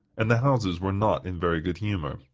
and the houses were not in very good humor.